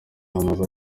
amazu